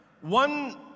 one